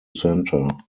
centre